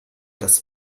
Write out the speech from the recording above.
das